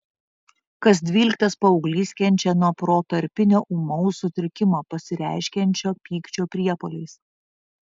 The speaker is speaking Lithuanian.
kas dvyliktas paauglys kenčia nuo protarpinio ūmaus sutrikimo pasireiškiančio pykčio priepuoliais